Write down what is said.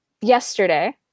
yesterday